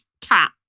cat